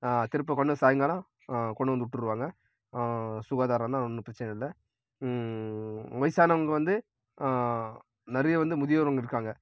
திருப்ப கொண்டு சாய்ங்காலம் கொண்டுவந்து விட்ருவாங்க சுகாதாரம்னால் ஒன்றும் பிரச்சனை இல்லை வயசானவங்க வந்து நிறைய வந்து முதியவருங்க இருக்காங்கள்